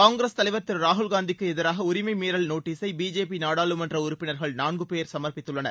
காங்கிரஸ் தலைவர் திரு ராகுல்காந்திக்கு எதிராக உரிமை மீறல் நோட்டீசை பிஜேபி நாடாளுமன்ற உறுப்பினர்கள் நான்கு பேர் சமர்ப்பித்துள்ளனர்